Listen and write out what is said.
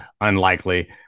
unlikely